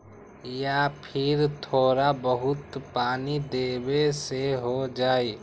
या फिर थोड़ा बहुत पानी देबे से हो जाइ?